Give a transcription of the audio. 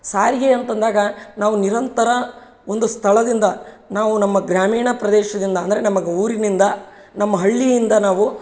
ಸಾರಿಗೆ ಅಂತ ಅಂದಾಗ ನಾವು ನಿರಂತರ ಒಂದು ಸ್ಥಳದಿಂದ ನಾವು ನಮ್ಮ ಗ್ರಾಮೀಣ ಪ್ರದೇಶದಿಂದ ಅಂದರೆ ನಮಗೆ ಊರಿನಿಂದ ನಮ್ಮ ಹಳ್ಳಿಯಿಂದ ನಾವು